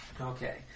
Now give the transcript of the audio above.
Okay